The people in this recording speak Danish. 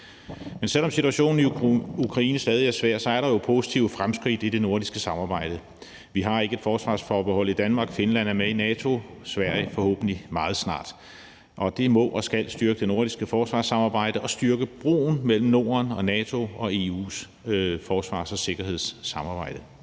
mere. Selv om situationen i Ukraine stadig er svær, er der jo positive fremskridt i det nordiske samarbejde. Vi har ikke et forsvarsforbehold i Danmark, Finland er med i NATO, Sverige er det forhåbentlig meget snart, og det må og skal styrke det nordiske forsvarssamarbejde og styrke broen mellem Norden, NATO og EU's forsvars- og sikkerhedssamarbejde.